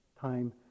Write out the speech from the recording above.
time